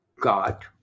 God